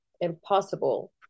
impossible